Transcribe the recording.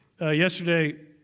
Yesterday